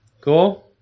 Cool